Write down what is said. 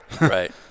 Right